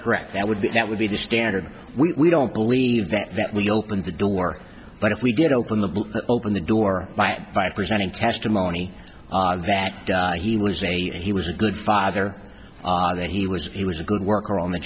correct that would be that would be the standard we don't believe that that we opened the door but if we get open the open the door by presenting testimony that he was a he was a good father that he was he was a good worker on the